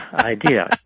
Idea